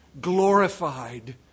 Glorified